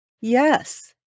Yes